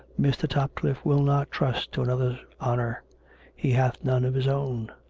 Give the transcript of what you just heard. mr. topcliffe will not trust to another's honour he hath none of his own!